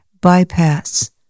bypass